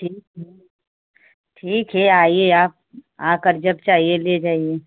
ठीक है ठीक है आइए आप आकर जब चाहिए ले जाइए